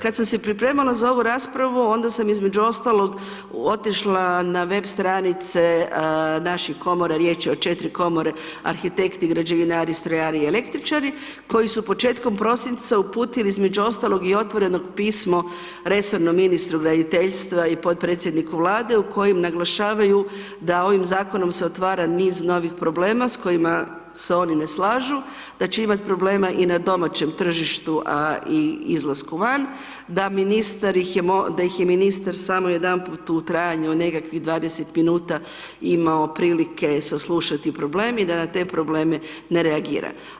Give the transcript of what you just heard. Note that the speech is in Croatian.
Kad sam se pripremala za ovu raspravu onda sam između ostalog otišla na web stranice naših komora, riječ je o 4 komore, arhitekti, građevinari, strojari i električari koji su početkom prosinca uputili između ostalog i otvoreno pismo resornom ministru graditeljstva i potpredsjedniku Vlade u kojem naglašavaju da ovim zakonom se otvara niz novih problema s kojima se oni ne slažu, da će imati problema i na domaćem tržištu, a i izlasku van, da ministar ih je, da ih je ministar samo jedanput u trajanju od nekakvih 20 minuta imao prilike saslušati problem i da na te probleme ne reagira.